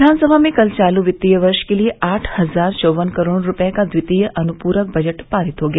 विधानसभा में कल चालू वित्तीय वर्ष के लिए आठ हजार चौवन करोड़ रूपये का ट्वितीय अनुपूरक बजट पारित हो गया